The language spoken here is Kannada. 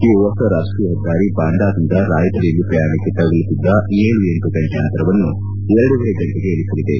ಈ ಹೊಸ ರಾಷ್ಟೀಯ ಹೆದ್ದಾರಿ ಬಾಂಡಾದಿಂದ ರಾಯ್ಬರೇಲಿ ಪ್ರಯಾಣಕ್ಕೆ ತಗಲುತ್ತಿದ್ದ ಏಳು ಎಂಟು ಗಂಟೆ ಅಂತರವನ್ನು ಎರಡೂವರೆ ಗಂಟೆಗೆ ಇಳಿಸಲಿದೆ